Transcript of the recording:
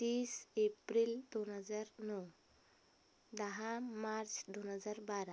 तीस एप्रिल दोन हजार नऊ दहा मार्च दोन हजार बारा